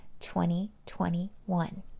2021